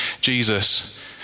Jesus